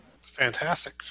Fantastic